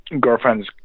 girlfriend's